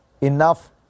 enough